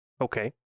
Okay